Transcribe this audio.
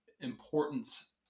importance